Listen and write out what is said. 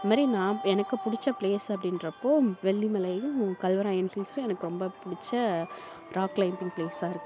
அது மாதிரி நான் எனக்கு பிடிச்ச ப்ளேஸ் அப்படின்றப்போ வெள்ளிமலையும் கல்வராயன் ஹில்ஸும் எனக்கு ரொம்ப பிடிச்ச ராக் க்ளைம்பிங் ப்ளேஸாக இருக்குது